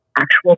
actual